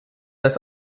das